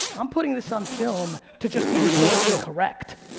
i'm putting this on film to just be historically correct.